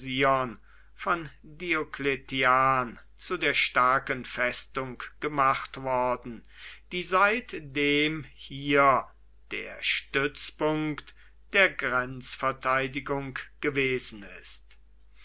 zu der starken festung gemacht worden die seitdem hier der stützpunkt der grenzverteidigung gewesen ist